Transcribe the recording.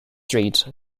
street